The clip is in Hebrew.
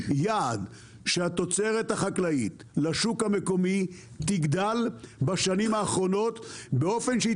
שהתוצרת החקלאית לשוק המקומי תגדל בשנים האחרונות באופן שהיא